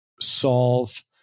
solve